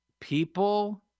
People